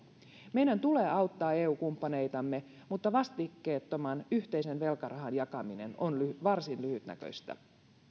meidän tulee auttaa eu kumppaneitamme mutta vastikkeettoman yhteisen velkarahan jakaminen on varsin lyhytnäköistä